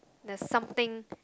there's something